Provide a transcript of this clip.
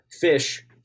fish